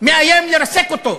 מאיים לרסק אותו.